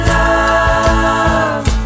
love